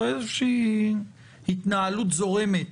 או איזושהי התנהלות זורמת?